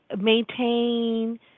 maintain